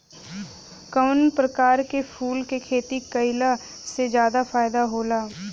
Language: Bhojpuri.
कवना प्रकार के फूल के खेती कइला से ज्यादा फायदा होला?